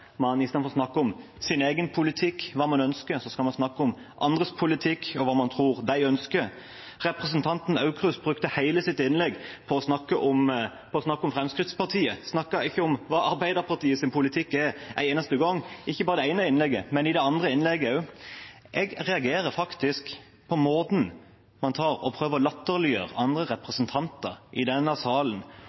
snakke om sin egen politikk, hva man ønsker, skal man snakke om andres politikk og hva man tror de ønsker. Representanten Aukrust brukte hele sitt innlegg på å snakke om Fremskrittspartiet, han snakket ikke om Arbeiderpartiets politikk en eneste gang – ikke bare i det ene innlegget, men også i det andre. Jeg reagerer faktisk på måten man prøver å latterliggjøre andre representanter i denne salen,